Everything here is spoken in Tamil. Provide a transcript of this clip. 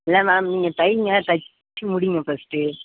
இல்லை மேம் நீங்கள் தைங்க தைச்சி முடிங்க ஃபர்ஸ்ட்டு